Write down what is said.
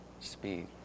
speed